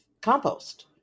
compost